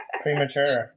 premature